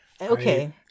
okay